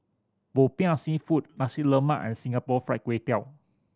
Popiah Seafood Nasi Lemak and Singapore Fried Kway Tiao